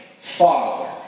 Father